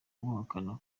buhakana